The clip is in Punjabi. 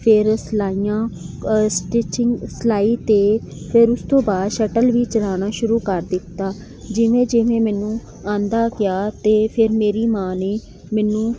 ਫਿਰ ਸਿਲਾਈਆਂ ਸਟਿਚਿੰਗ ਸਿਲਾਈ ਅਤੇ ਫਿਰ ਉਸ ਤੋਂ ਬਾਅਦ ਸਟਲ ਵੀ ਚਲਾਉਣਾ ਸ਼ੁਰੂ ਕਰ ਦਿੱਤਾ ਜਿਵੇਂ ਜਿਵੇਂ ਮੈਨੂੰ ਆਉਂਦਾ ਗਿਆ ਤਾਂ ਫਿਰ ਮੇਰੀ ਮਾਂ ਨੇ ਮੈਨੂੰ